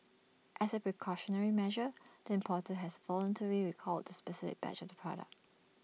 as A precautionary measure the importer has voluntarily recalled the specific batch of the product